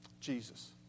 Jesus